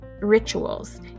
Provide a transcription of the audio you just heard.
rituals